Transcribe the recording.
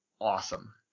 awesome